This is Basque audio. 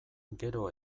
gero